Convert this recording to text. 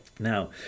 Now